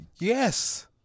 Yes